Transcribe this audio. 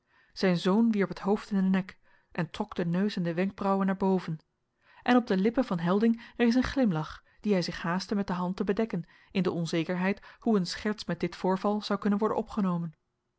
zijn zoon wierp het hoofd in den nek en trok den neus en de wenkbrauwen naar boven en op de lippen van helding rees een glimlach dien hij zich haastte met de hand te bedekken in de onzekerheid hoe een scherts met dit voorval zou kunnen worden opgenomen